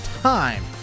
Time